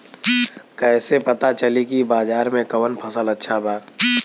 कैसे पता चली की बाजार में कवन फसल अच्छा बा?